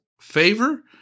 favor